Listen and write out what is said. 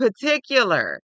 particular